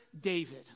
David